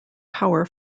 power